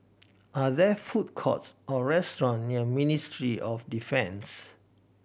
are there food courts or restaurant near Ministry of Defence